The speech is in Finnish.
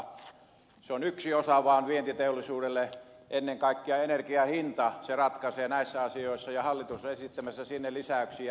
se on vain yksi osa vientiteollisuudelle ennen kaikkea energian hinta ratkaisee näissä asioissa ja hallitus on esittämässä sinne lisäyksiä